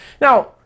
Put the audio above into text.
Now